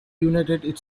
united